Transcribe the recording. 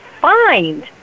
find